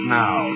now